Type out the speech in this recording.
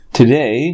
today